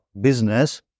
business